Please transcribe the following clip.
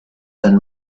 and